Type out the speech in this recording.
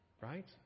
right